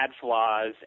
flaws